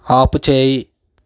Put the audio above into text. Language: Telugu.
ఆపుచేయి